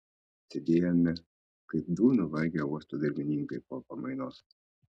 sėdėjome kaip du nuvargę uosto darbininkai po pamainos